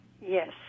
Yes